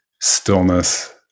stillness